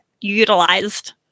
utilized